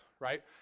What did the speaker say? right